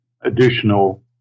additional